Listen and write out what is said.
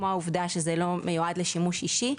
כמו העובדה שזה לא מיועד לשימוש אישי,